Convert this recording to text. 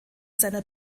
seiner